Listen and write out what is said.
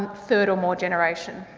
third or more generation.